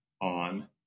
on